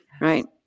right